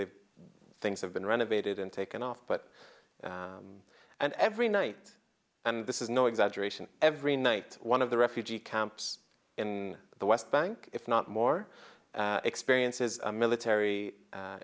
they've things have been renovated and taken off but and every night and this is no exaggeration every night one of the refugee camps in the west bank if not more experience is a military